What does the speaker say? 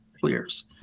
clears